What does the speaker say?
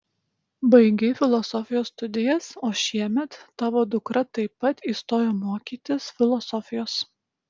baigei filosofijos studijas o šiemet tavo dukra taip pat įstojo mokytis filosofijos